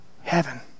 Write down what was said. heaven